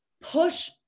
push